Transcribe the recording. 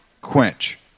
quench